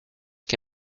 que